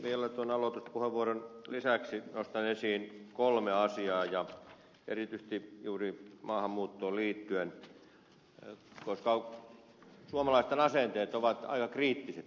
vielä tuon aloituspuheenvuoron lisäksi nostan esiin kolme asiaa ja erityisesti juuri maahanmuuttoon liittyen koska suomalaisten asenteet ovat aika kriittiset sitä kohtaan